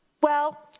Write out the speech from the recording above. well,